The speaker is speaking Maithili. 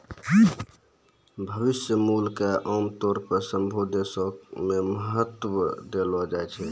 भविष्य मूल्य क आमतौर पर सभ्भे देशो म महत्व देलो जाय छै